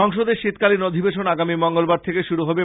সংসদের শীতকালীন অধিবেশন আগামী মঙ্গলবার থেকে শুরু হচ্ছে